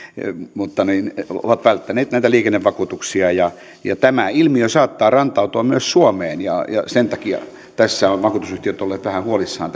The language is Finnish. mutta ovat välttäneet näitä liikennevakuutuksia tämä ilmiö saattaa rantautua myös suomeen ja sen takia vakuutusyhtiöt ovat olleet vähän huolissaan